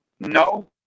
No